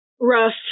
rough